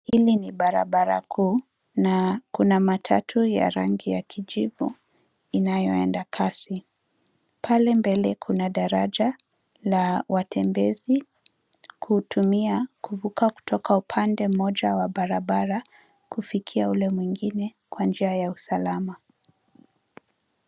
Hili ni barabara kuu na kuna matatu ya rangi ya kijivu inayoenda kasi. Pale mbele kuna daraja la watembezi kutumia kuvuka kutoka upande moja wa barabara kufikia ule mwingine kwa njia ya usalama.